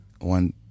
one